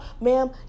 ma'am